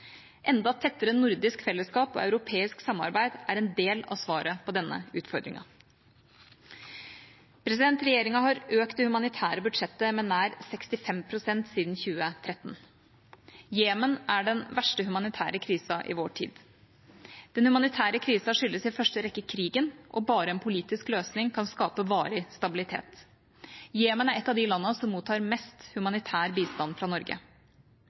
Enda tettere nordisk fellesskap og europeisk samarbeid er en del av svaret på denne utfordringen. Regjeringa har økt det humanitære budsjettet med nær 65 pst. siden 2013. Jemen har den verste humanitære krisen i vår tid. Den humanitære krisen skyldes i første rekke krigen, og bare en politisk løsning kan skape varig stabilitet. Jemen er et av landene som mottar mest humanitær bistand fra Norge.